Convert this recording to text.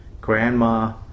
Grandma